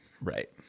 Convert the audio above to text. Right